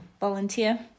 volunteer